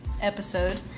episode